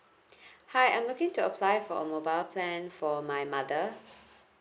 hi I'm looking to apply for a mobile plan for my mother